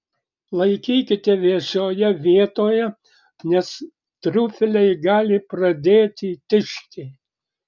laikykite vėsioje vietoje nes triufeliai gali pradėti tižti